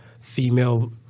female